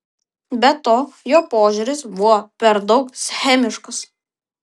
be to jo požiūris buvo per daug schemiškas